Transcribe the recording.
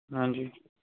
ਹਾਂਜੀ